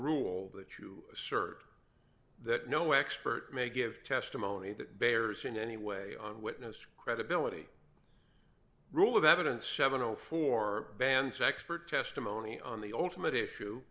rule that you assert that no expert may give testimony that bears in any way witness credibility rule of evidence seven o four bands expert testimony on the ultimate issue